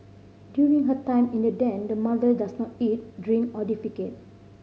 during her time in the den the mother does not eat drink or defecate